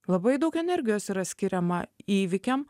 labai daug energijos yra skiriama įvykiam